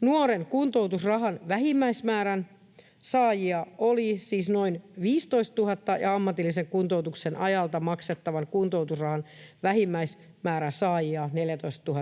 Nuoren kuntoutusrahan vähimmäismäärän saajia oli siis noin 15 000 ja ammatillisen kuntoutuksen ajalta maksettavan kuntoutusrahan vähimmäismäärän saajia 14